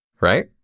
Right